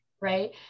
right